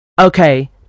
okay